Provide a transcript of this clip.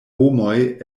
homoj